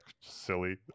silly